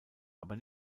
aber